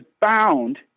bound